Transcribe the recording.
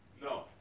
No